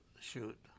shoot